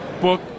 book